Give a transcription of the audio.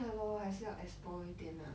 ya lor 还是要 explore 一点 lah